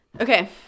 Okay